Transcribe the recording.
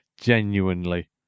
Genuinely